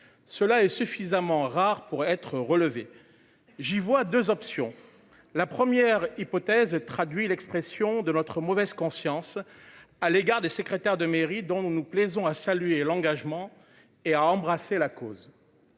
Cela est suffisamment rare pour être relevé, j'y vois 2 options. La première hypothèse traduit l'expression de notre mauvaise conscience à l'égard des secrétaires de mairie dont nous plaisant a salué l'engagement et a embrassé la cause.